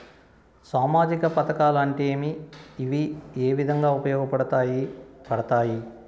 సామాజిక పథకాలు అంటే ఏమి? ఇవి ఏ విధంగా ఉపయోగపడతాయి పడతాయి?